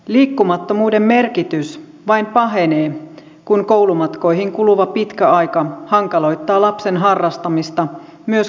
liikkumattomuuden merkitys vain pahenee kun koulumatkoihin kuluva pitkä aika hankaloittaa lapsen harrastamista myös koulupäivän jälkeen